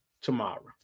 tomorrow